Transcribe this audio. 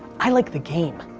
i like the game,